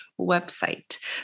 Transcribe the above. website